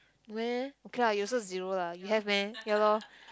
meh okay lah you also zero lah you have meh ya lor